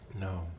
No